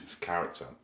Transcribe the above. character